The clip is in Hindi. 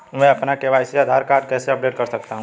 मैं अपना ई के.वाई.सी आधार कार्ड कैसे अपडेट कर सकता हूँ?